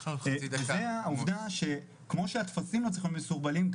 וזה העובדה שכמו שהטפסים לא צריכים להיות מסורבלים,